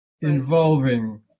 involving